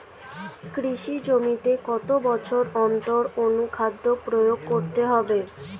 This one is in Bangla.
কৃষি জমিতে কত বছর অন্তর অনুখাদ্য প্রয়োগ করতে হবে?